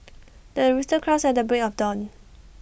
the rooster crows at the break of dawn